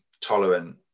tolerant